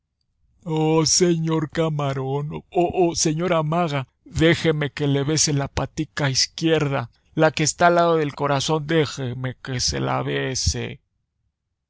oh señor camarón oh señora maga déjeme que le bese la patica izquierda la que está del lado del corazón déjeme que se la bese